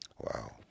Wow